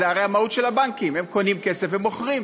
זה הרי המהות של הבנקים: הם קונים כסף ומוכרים.